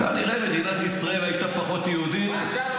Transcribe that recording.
כנראה מדינת ישראל הייתה פחות יהודית.